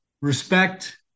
respect